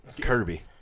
Kirby